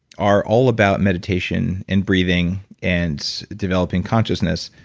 are all about meditation and breathing and developing consciousness.